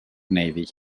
navy